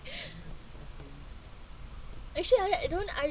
actually right I don't I